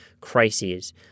crises